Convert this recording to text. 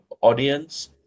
audience